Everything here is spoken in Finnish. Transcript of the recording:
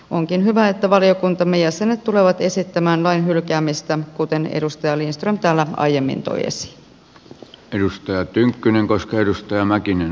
onkin hyvä että valiokuntamme jäsenet tulevat esittämään lain hylkäämistä kuten edustaja lindström täällä aiemmin toi esiin